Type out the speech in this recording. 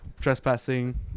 trespassing